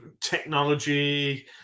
technology